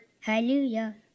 Hallelujah